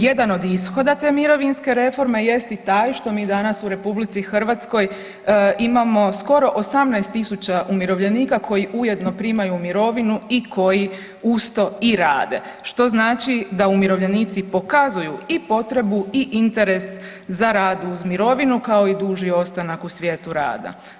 Jedan od ishoda te mirovinske reforme jest i taj što mi danas u RH imamo skoro 18.000 umirovljenika koji ujedno primaju mirovinu i koji uz to i rade što znači da umirovljenici pokazuju i potrebu i interes za rad uz mirovinu kao i duži ostanak u svijetu rada.